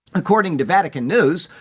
according to vatican news,